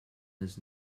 his